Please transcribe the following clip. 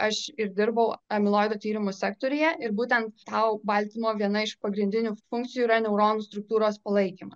aš ir dirbau amiloido tyrimų sektoriuje ir būtent tau baltymo viena iš pagrindinių funkcijų yra neuronų struktūros palaikymas